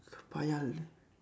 paya le~